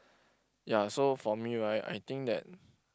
ya so for me right I think that